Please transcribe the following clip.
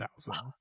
thousand